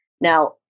Now